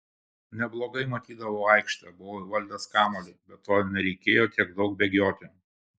neblogai matydavau aikštę buvau įvaldęs kamuolį be to nereikėjo tiek daug bėgioti